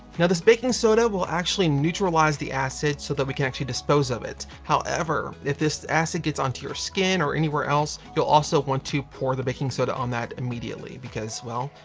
now this baking soda will actually neutralize the acid so that we can actually dispose of it. however if this acid gets onto your skin or anywhere else, you'll also want to pour the baking soda on that immediately because well,